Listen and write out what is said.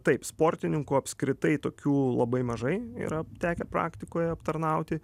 taip sportininkų apskritai tokių labai mažai yra tekę praktikoje aptarnauti